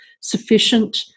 sufficient